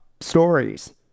stories